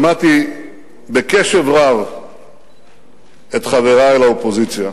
שמעתי בקשב רב את חברי לאופוזיציה,